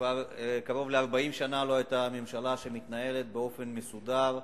כבר קרוב ל-40 שנה לא היתה ממשלה שמתנהלת באופן מסודר,